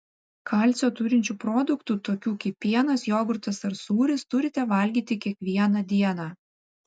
kalcio turinčių produktų tokių kaip pienas jogurtas ar sūris turite valgyti kiekvieną dieną